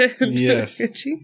yes